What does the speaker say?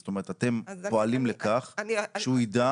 זאת אומרת אתם פועלים לכך שהוא יידע,